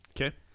Okay